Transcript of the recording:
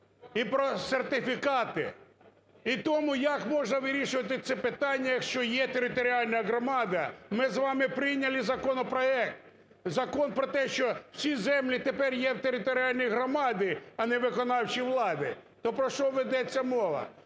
і про сертифікати. І тому, як можна вирішувати це питання, якщо є територіальна громада? Ми з вами прийняли законопроект, закон про те, що всі землі тепер є в територіальної громади, а не виконавчої влади. То про що ведеться мова?